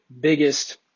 biggest